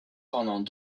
pendant